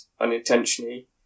unintentionally